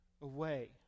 away